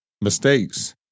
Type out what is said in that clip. mistakes